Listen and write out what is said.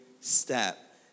step